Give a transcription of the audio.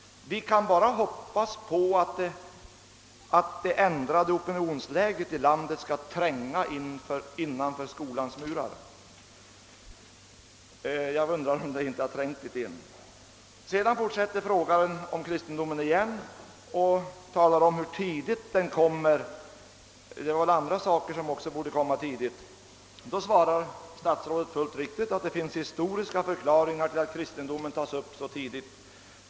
Vi kan bara hoppas på att det ändrade opinionsläget i landet skall tränga innanför skolans murar. Jag undrar om det inte redan har trängt in dit. Sedan fortsätter frågaren med kristendomsundervisningen och talar om hur tidigt denna kommer — det fanns enligt hans mening även andra saker som borde komma tidigt. Statsrådet svarar fullt riktigt att det finns historiska förklaringar till att kristendomen tas upp så tidigt.